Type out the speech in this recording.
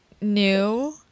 new